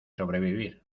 sobrevivir